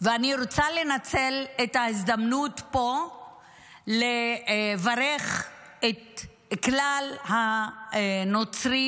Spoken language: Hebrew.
ואני רוצה לנצל את ההזדמנות פה לברך את כלל הנוצרים,